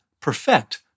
perfect